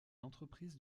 entreprises